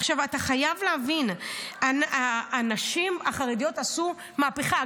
עכשיו, אתה חייב להבין שהנשים החרדיות עשו מהפכה.